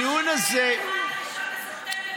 שמה שלא יהיה מוכן ב-1 בספטמבר הזה,